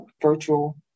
virtual